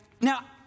now